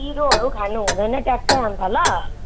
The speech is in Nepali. पिरोहरू खान हुँदैन ट्याक्क अन्त ल